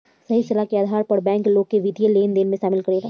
सही सलाह के आधार पर बैंक, लोग के वित्तीय लेनदेन में शामिल करेला